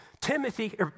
Timothy